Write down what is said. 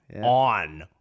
on